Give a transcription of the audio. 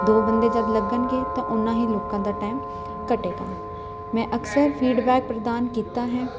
ਦੋ ਬੰਦੇ ਜਦ ਲੱਗਣਗੇ ਤਾਂ ਉੰਨਾ ਹੀ ਲੋਕਾਂ ਦਾ ਟਾਈਮ ਘਟੇਗਾ ਮੈਂ ਅਕਸਰ ਫੀਡਬੈਕ ਪ੍ਰਦਾਨ ਕੀਤਾ ਹੈ